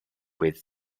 with